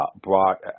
brought